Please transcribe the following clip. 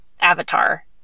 Avatar